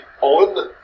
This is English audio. on